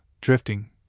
drifting